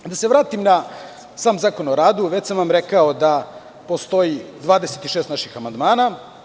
Da se vratim na sam Zakon o radu, već sam vam rekao da postoji 26 naših amandmana.